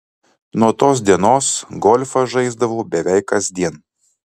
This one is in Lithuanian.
nuo tos dienos golfą žaisdavau beveik kasdien